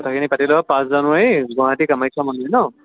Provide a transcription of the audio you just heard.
কথাখিনি পাতি ল'ব পাঁচ জানুৱাৰী গুৱাহাটী কামাখ্য মন্দিৰ নহ্